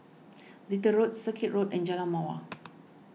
Little Road Circuit Road and Jalan Mawar